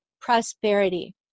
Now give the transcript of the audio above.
prosperity